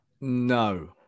No